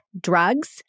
drugs